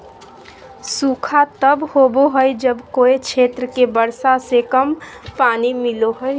सूखा तब होबो हइ जब कोय क्षेत्र के वर्षा से कम पानी मिलो हइ